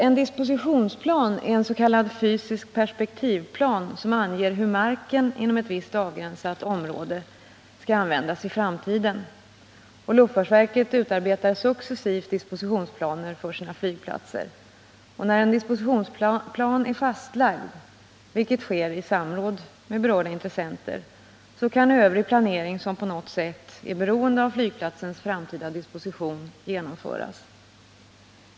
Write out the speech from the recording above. En dispositionsplan är ens.k. fysisk perspektivplan som anger hur marken inom ett visst, avgränsat område skall användas i framtiden. Luftfartsverket utarbetar successivt dispositionsplaner för sina flygplatser. När en dispositionsplan är fastlagd, vilket sker i samråd med berörda intressenter, kan övrig planering som på något sätt är beroende av flygplatsens framtida disposition genomföras.